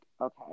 okay